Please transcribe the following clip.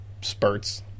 spurts